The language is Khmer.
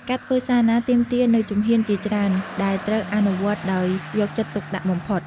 ការធ្វើសារណាទាមទារនូវជំហានជាច្រើន ដែលត្រូវអនុវត្តដោយយកចិត្តទុកដាក់បំផុត។